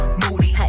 moody